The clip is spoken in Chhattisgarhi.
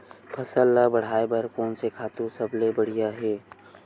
फसल ला बढ़ाए बर कोन से खातु सबले बढ़िया हे?